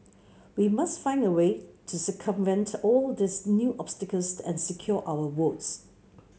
we must find a way to circumvent all these new obstacles and secure our votes